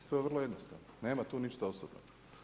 I to je vrlo jednostavno, nema tu ništa osobnog.